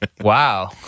wow